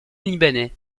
libanais